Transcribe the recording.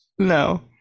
no